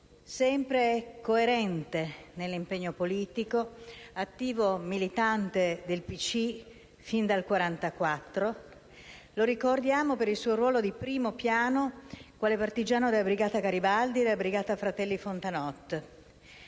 Sempre coerente nell'impegno politico, attivo militante del PCI fin dal 1944, lo ricordiamo per il suo ruolo di primo piano quale partigiano della brigata Garibaldi e della brigata Fratelli Fontanot.